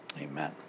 Amen